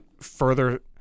further –